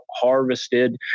harvested